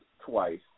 twice